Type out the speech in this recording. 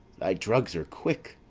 thy drugs are quick.